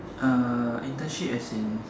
internship as in